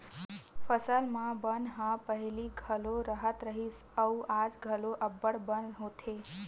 फसल म बन ह पहिली घलो राहत रिहिस अउ आज घलो अब्बड़ बन होथे